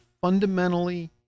fundamentally